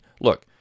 look